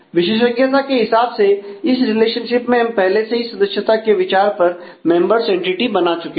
विशेषज्ञता के हिसाब से इस रिलेशनशिप में हम पहले से ही सदस्यता के विचार पर मेंबर्स एंटिटी बना चुके हैं